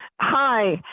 Hi